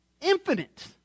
infinite